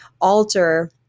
alter